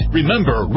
Remember